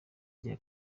rya